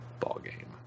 ballgame